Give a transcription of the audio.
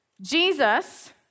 Jesus